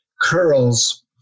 curls